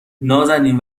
نازنین